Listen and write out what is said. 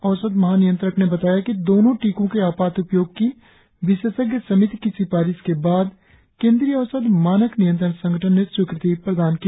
औषध महानियंत्रक ने बताया कि दोनों टीकों के आपात उपयोग की विशेषज्ञ समिति की सिफारिश के बाद केन्द्रीय औषध मानक नियंत्रण संगठन ने स्वीकृति प्रदान की